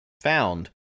found